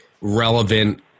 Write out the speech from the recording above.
relevant